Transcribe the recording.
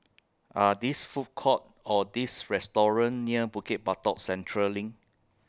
Are These Food Courts Or These restaurants near Bukit Batok Central LINK